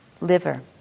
liver